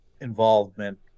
involvement